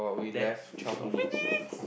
that twelve minutes